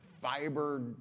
fiber